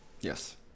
Yes